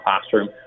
classroom